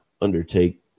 undertake